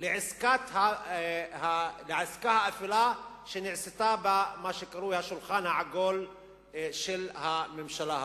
לעסקה האפלה שנעשתה במה שקרוי: השולחן העגול של הממשלה הזאת.